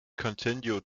continued